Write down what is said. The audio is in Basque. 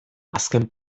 azken